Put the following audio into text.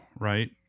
right